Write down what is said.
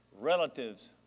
relatives